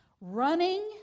Running